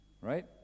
right